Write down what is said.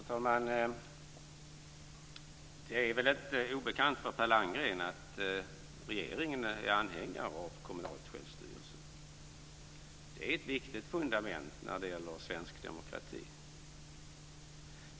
Fru talman! Det är väl inte obekant för Per Landgren att regeringen är anhängare av kommunal självstyrelse. Det är ett viktigt fundament när det gäller svensk demokrati.